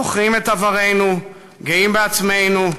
זוכרים את עברנו, גאים בעצמנו,